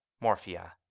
morphia.